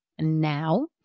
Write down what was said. now